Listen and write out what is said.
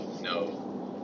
No